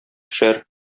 төшәр